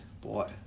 Boy